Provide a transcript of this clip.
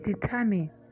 determine